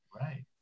Right